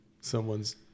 Someone's